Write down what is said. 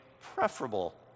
preferable